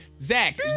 Zach